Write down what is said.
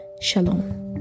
shalom